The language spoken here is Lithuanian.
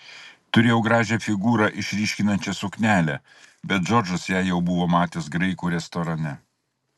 turėjau gražią figūrą išryškinančią suknelę bet džordžas ją jau buvo matęs graikų restorane